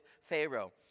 Pharaoh